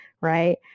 right